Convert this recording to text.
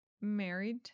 married